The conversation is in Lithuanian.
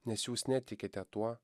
nes jūs netikite tuo